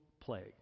plague